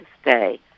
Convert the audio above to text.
stay